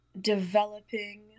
developing